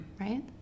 Right